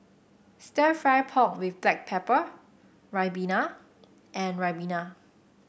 stir fry pork with Black Pepper Ribena and Ribena